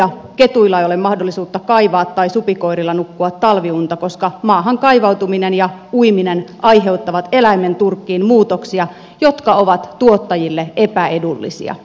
ketuilla ei ole mahdollisuutta kaivaa tai supikoirilla nukkua talviunta koska maahan kaivautuminen ja uiminen aiheuttavat eläimen turkkiin muutoksia jotka ovat tuottajille epäedullisia